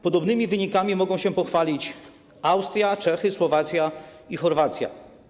Podobnymi wynikami mogą się pochwalić Austria, Czechy, Słowacja i Chorwacja.